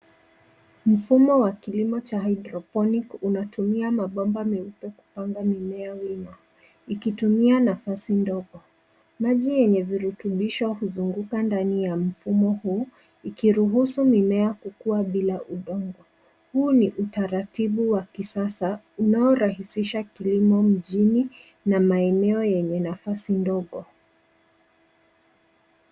Mfumo wa kilimo cha hydroponic unatumia mabomba meupe kupanga mimea wima, ikitumia nafasi ndogo. Maji yenye virutubisho huzunguka ndani ya mfumo huu, ikiruhusu mimea kukuwa bila udongo. Huu ni utaratibu wa kisasa, unaorahisisha kilimo mjini na maeneo yenye nafasi ndogo.